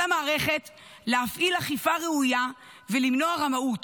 על המערכת להפעיל אכיפה ראויה ולמנוע רמאות,